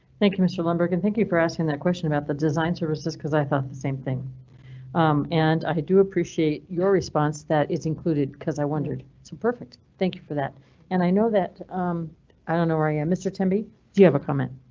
thank you mr. lumbergh and thank you for asking that question about the design services cause i thought the same thing and i do appreciate your response that is included cause i wondered so perfect. thank you for that and i know that um i don't know where i am. mr tim b. do you have a comment?